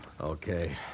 Okay